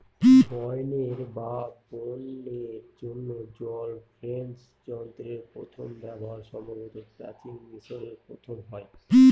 বয়নের বা বুননের জন্য জল ফ্রেম যন্ত্রের প্রথম ব্যবহার সম্ভবত প্রাচীন মিশরে প্রথম হয়